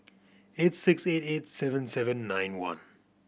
eight six eight eight seven seven nine one